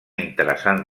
interessant